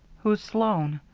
who's sloan?